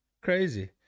crazy